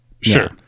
Sure